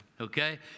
Okay